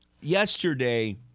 yesterday